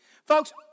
Folks